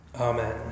Amen